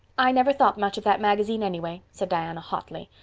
i never thought much of that magazine, anyway, said diana hotly.